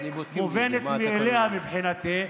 מובנת מאליה מבחינתי,